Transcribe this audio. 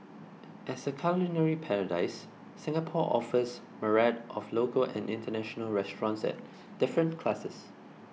as a culinary paradise Singapore offers myriad of local and international restaurants at different classes